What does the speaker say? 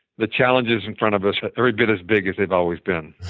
the challenges in front of us are every bit as big as they've always been.